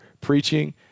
preaching